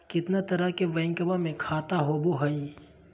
कितना तरह के बैंकवा में खाता होव हई?